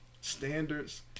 standards